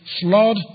flood